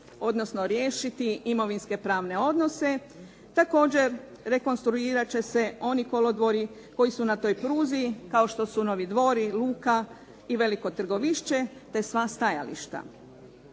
odnosno riješiti imovinsko-pravne odnose. Također, rekonstruirat će se oni kolodvori koji su na toj pruzi kao što su Novi Dvori, Luka i Veliko Trgovišće te sva stajališta.